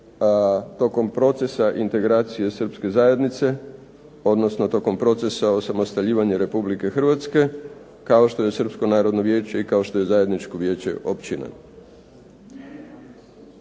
tokom procesa integracije srpske zajednice, odnosno tokom procesa osamostaljivanja RH kao što je Srpsko narodno vijeće i kao što je Zajedničko vijeće općina.